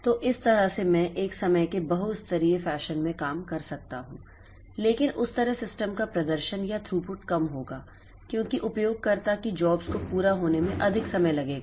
तो इस तरह से मैं एक समय के बहुस्तरीय फैशन में काम कर सकता हूं लेकिन उस तरह सिस्टम का प्रदर्शन या थ्रूपुट कम होगा क्योंकि उपयोगकर्ता की जॉब्स को पूरा होने में अधिक समय लगेगा